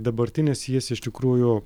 dabartinis jis iš tikrųjų